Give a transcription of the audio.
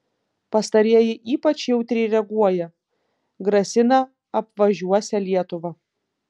pastarieji ypač jautriai reaguoja grasina apvažiuosią lietuvą